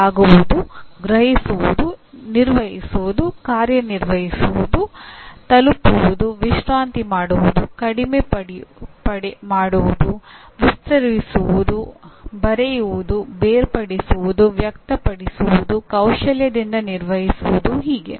ಬಾಗುವುದು ಗ್ರಹಿಸುವುದು ನಿರ್ವಹಿಸುವುದು ಕಾರ್ಯನಿರ್ವಹಿಸುವುದು ತಲುಪುವುದು ವಿಶ್ರಾಂತಿ ಮಾಡುವುದು ಕಡಿಮೆ ಮಾಡುವುದು ವಿಸ್ತರಿಸುವುದು ಬರೆಯುವುದು ಬೇರ್ಪಡಿಸುವುದು ವ್ಯಕ್ತಪಡಿಸುವುದು ಕೌಶಲ್ಯದಿಂದ ನಿರ್ವಹಿಸುವುದು ಹೀಗೆ